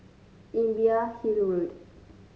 Imbiah Hill Road